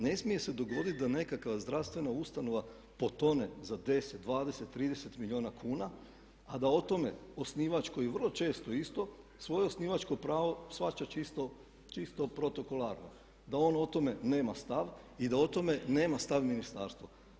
Ne smije se dogoditi da nekakva zdravstvena ustanova potone za 10, 20, 30 milijuna kuna a da o tome osnivač koji vrlo često isto svoje osnivačko pravo shvaća čisto protokolarno da on o tome nema stav i da o tome nema stav ministarstvo.